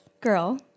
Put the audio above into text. girl